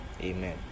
amen